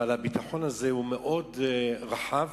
אבל הביטחון הזה הוא מאוד רחב.